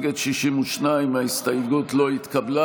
נגד, 62, ההסתייגות לא התקבלה.